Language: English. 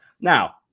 Now